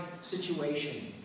situation